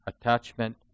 attachment